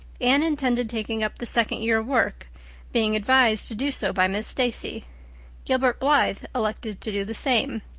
anne intended taking up the second year work being advised to do so by miss stacy gilbert blythe elected to do the same.